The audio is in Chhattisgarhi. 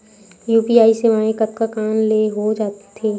यू.पी.आई सेवाएं कतका कान ले हो थे?